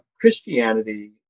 Christianity